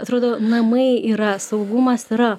atrodo namai yra saugumas yra